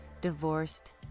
divorced